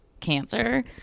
cancer